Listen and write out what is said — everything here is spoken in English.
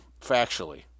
factually